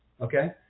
okay